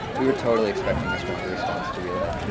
we were totally expecting a stronger response to relay.